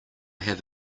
have